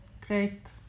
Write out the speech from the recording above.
Great